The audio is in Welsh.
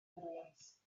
williams